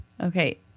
Okay